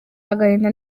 agahinda